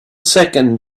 second